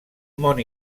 món